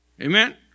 Amen